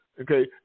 Okay